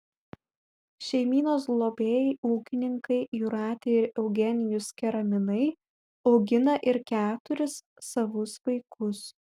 šeimynos globėjai ūkininkai jūratė ir eugenijus keraminai augina ir keturis savus vaikus